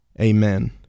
Amen